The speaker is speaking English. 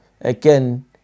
again